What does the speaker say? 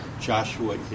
joshua